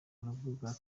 aravuga